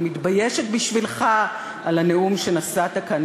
אני מתביישת בשבילך על הנאום שנשאת כאן.